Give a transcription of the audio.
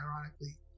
ironically